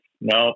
No